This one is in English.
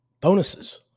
Bonuses